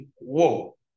Whoa